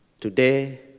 Today